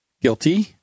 Guilty